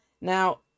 now